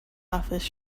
office